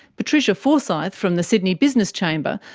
patricia forsythe, from the sydney business chamber,